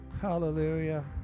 Hallelujah